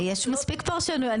יש מספיק פרשנויות,